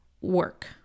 work